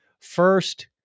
First